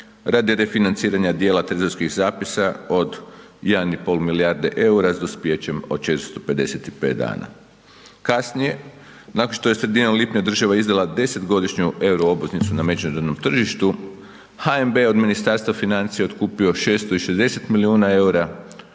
radi refinanciranja dijela trezorskih zapisa od 1,5 milijarde EUR-a s dospijećem od 455 dana. Kasnije, nakon što je sredinom lipnja država izdala 10-godišnju euro obveznicu na međunarodnom tržištu, HNB je od Ministarstva financija otkupio 660 milijuna EUR-a